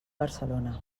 barcelona